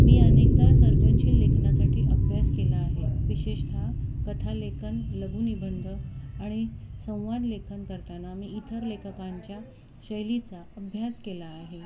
मी अनेकदा सर्जनशील लेखनासाठी अभ्यास केला आहे विशेषतः कथा लेखन लघु निबंध आणि संवाद लेखन करताना मी इतर लेखकांच्या शैलीचा अभ्यास केला आहे